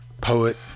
poet